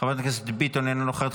חברת הכנסת ביטון, אינה נוכחת,